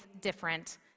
different